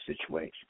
situation